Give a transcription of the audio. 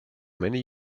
many